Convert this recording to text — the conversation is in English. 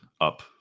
up